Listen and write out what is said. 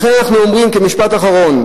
לכן אנחנו אומרים, כמשפט אחרון,